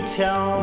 tell